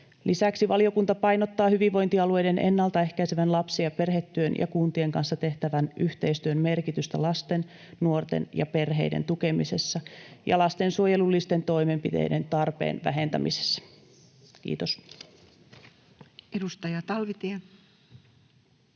Lisäksi valiokunta painottaa hyvinvointialueiden ennalta ehkäisevän lapsi- ja perhetyön ja kuntien kanssa tehtävän yhteistyön merkitystä lasten, nuorten ja perheiden tukemisessa ja lastensuojelullisten toimenpiteiden tarpeen vähentämisessä. — Kiitos. [Speech 164]